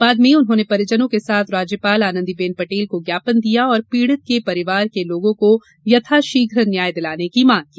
बाद में उन्होंने परिजनों के साथ राज्यपाल आनंदीबेन पटेल को ज्ञापन दिया और पीड़ित के परिवार के लोगों को यथाशीघ्र न्याय दिलाने की मांग की